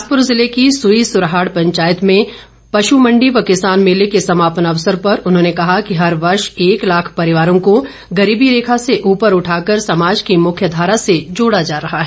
बिलासपुर जिले की सुई सुरहाड़ पंचायत में पशु मंडी व किसान मेले के समापन ैथवसर पर उन्होंने कहा कि हर वर्ष एक लाख परिवारों को गरीबी रेखा से ऊपर उठाकर समाज की मुख्य धारा से जोड़ा जा रहा है